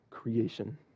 creation